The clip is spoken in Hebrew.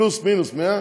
פלוס-מינוס 100,